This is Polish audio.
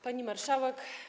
Pani Marszałek!